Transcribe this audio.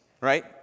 right